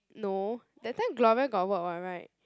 no that time Gloria got work [what] [right]